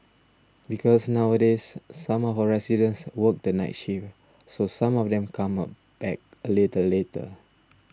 because nowadays some of our residents work the night shift so some of them come up back a little later